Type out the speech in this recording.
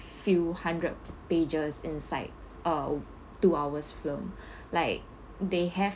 few hundred pages inside a two hours film like they have